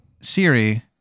Siri